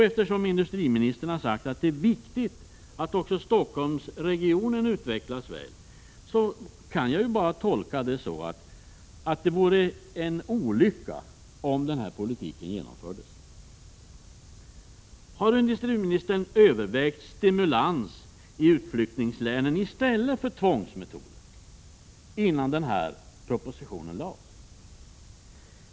Eftersom industriministern har sagt att det är viktigt att också Stockholmsregionen utvecklas väl, kan jag bara tolka det hela så att det vore en olycka om den här politiken genomfördes. Övervägde industriministern stimulans i utflyttningslänen i stället för tvångsmetoder, innan den här propositionen lades fram?